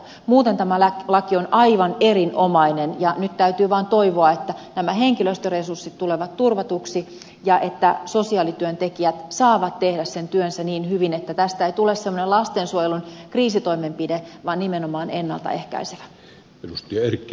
muuten tämä laki on aivan erinomainen ja nyt täytyy vain toivoa että nämä henkilöstöresurssit tulevat turvatuksi ja että sosiaalityöntekijät saavat tehdä sen työnsä niin hyvin että tästä ei tule semmoinen lastensuojelun kriisitoimenpide vaan nimenomaan ennalta ehkäisevä